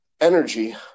energy